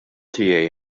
tiegħi